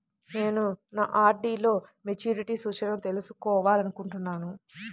నేను నా ఆర్.డీ లో మెచ్యూరిటీ సూచనలను తెలుసుకోవాలనుకుంటున్నాను